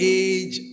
age